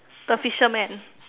the fisherman